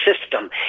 system